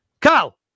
Carl